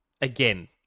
Again